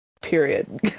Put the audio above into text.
period